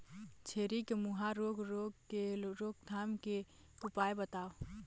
छेरी के मुहा रोग रोग के रोकथाम के उपाय बताव?